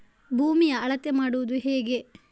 ಭೂಮಿಯ ಅಳತೆ ಮಾಡುವುದು ಹೇಗೆ?